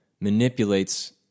manipulates